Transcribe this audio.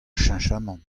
cheñchamant